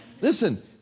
Listen